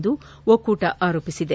ಎಂದು ಒಕ್ಕೂಟ ಆರೋಪಿಸಿದೆ